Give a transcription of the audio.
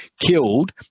killed